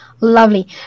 Lovely